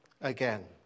again